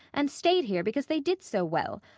and stayed here because they did so well.